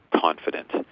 confident